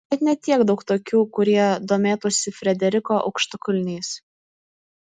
bet ne tiek daug tokių kurie domėtųsi frederiko aukštakulniais